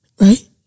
Right